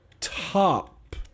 top